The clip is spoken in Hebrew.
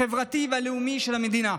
החברתי והלאומי של המדינה.